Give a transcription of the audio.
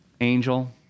Angel